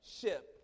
ship